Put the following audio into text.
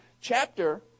chapter